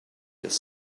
his